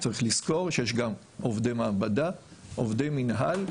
צריך לזכור שיש גם עובדי מעבדה, עובדי מינהל,